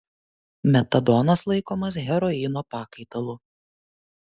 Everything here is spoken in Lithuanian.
metadonas laikomas heroino pakaitalu